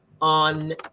on